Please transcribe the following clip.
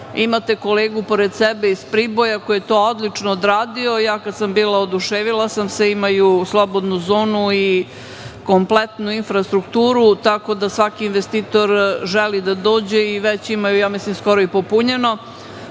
kolegu pored sebe iz Priboja koji je to odlično odradio, ja kada sam bila oduševila sam se, imaju slobodnu zonu i kompletnu infrastrukturu, tako da svaki investitor želi da dođe i već im je skoro i popunjeno.